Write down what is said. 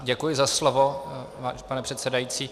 Děkuji za slovo, pane předsedající.